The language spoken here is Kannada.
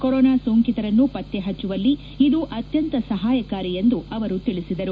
ಕೊರೋನಾ ಸೋಂಕಿತರನ್ನು ಪತ್ತೆ ಪಚ್ಚುವಲ್ಲಿ ಇದು ಅತ್ಯಂತ ಸಹಾಯಕಾರಿ ಎಂದು ಅವರು ತಿಳಿಸಿದರು